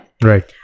right